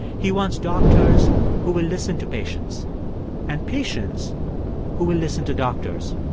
he wants doctors who will listen to patients and patients who will listen to doctors